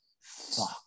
fuck